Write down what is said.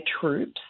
troops